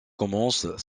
commence